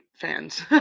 fans